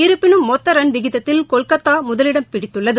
இருப்பினும் மொத்தரன் விகிதத்தில் கொல்கத்தாமுதலிடம் பிடித்துள்ளது